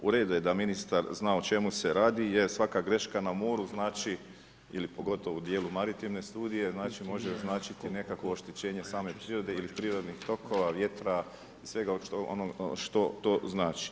U redu je da ministar zna o čemu se radi jer svaka greška na moru znači ili pogotovo u djelu maritivne studije, može značiti nekakvo oštećenje same prirode ili prirodnih tokova, vjetra, svega onog što to znači.